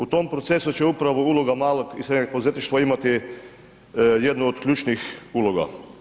U tom procesu će upravo uloga malog i srednjeg poduzetništva imati jednu od ključnih uloga.